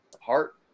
heart